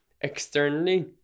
externally